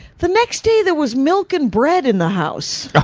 the next day there was milk and bread in the house ah